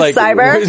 cyber